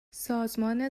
سازمان